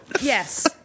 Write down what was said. Yes